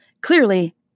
Clearly